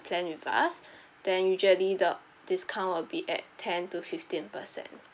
plan with us then usually the discount will be at ten to fifteen percent